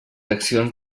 accions